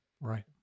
Right